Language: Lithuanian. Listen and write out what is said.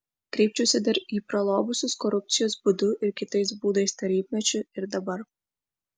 kreipčiausi dar į pralobusius korupcijos būdu ir kitais būdais tarybmečiu ir dabar